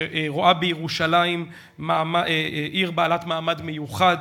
רואה בירושלים עיר בעלת מעמד מיוחד,